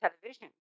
television